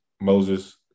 Moses